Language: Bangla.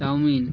চাউমিন